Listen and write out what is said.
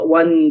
one